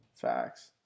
Facts